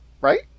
right